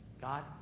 God